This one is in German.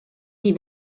die